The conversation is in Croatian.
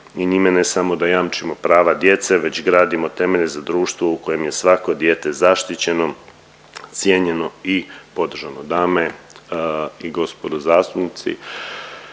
i njime ne samo da jamčimo prava djece, već gradimo temelje za društvo u kojem je svako dijete zaštićeno, cijenjeno i podržano. Dame i gospodo zastupnici